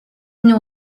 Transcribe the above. nous